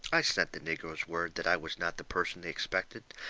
i sent the negroes word that i was not the person they expected.